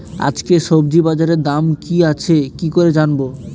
আজকে সবজি বাজারে দাম কি আছে কি করে জানবো?